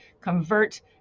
convert